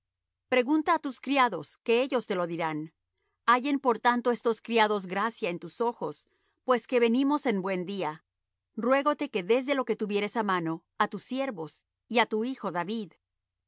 pregunta á tus criados que ellos te lo dirán hallen por tanto estos criados gracia en tus ojos pues que venimos en buen día ruégote que des lo que tuvieres á mano á tus siervos y á tu hijo david